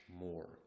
more